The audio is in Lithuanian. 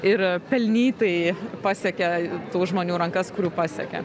ir pelnytai pasiekė tų žmonių rankas kurių pasiekė